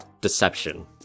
deception